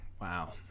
Wow